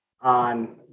on